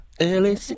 Early